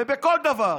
ובכל דבר,